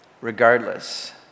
regardless